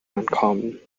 uncommon